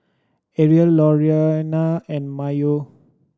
Ariel Lorena and Mayo